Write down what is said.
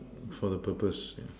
for the purpose yeah